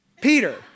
Peter